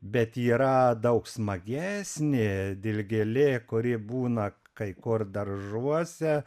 bet yra daug smagesnė dilgėlė kuri būna kai kur daržuose